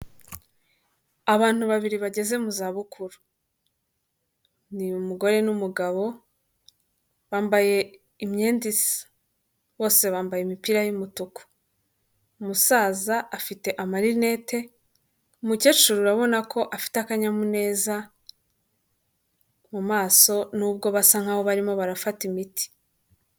Abantu babiri bageze mu zabukuru, ni umugore n'umugabo bambaye imyenda isa bose bambaye imipira y'umutuku, umusaza afite amarinete, umukecuru urabona ko afite akanyamuneza mu maso nubwo basa nk'aho barimo barafata imiti.